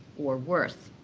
or worse.